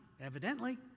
Evidently